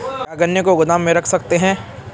क्या गन्ने को गोदाम में रख सकते हैं?